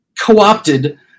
co-opted